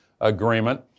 Agreement